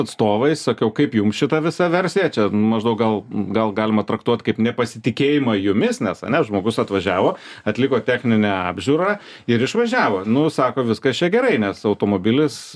atstovai sakiau kaip jums šita visa versija čia maždaug gal gal galima traktuot kaip nepasitikėjimą jumis nes ane žmogus atvažiavo atliko techninę apžiūrą ir išvažiavo nu sako viskas čia gerai nes automobilis